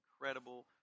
incredible